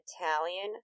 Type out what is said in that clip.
Italian